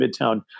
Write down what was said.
midtown